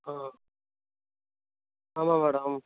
ஆ ஆமாம் மேடம்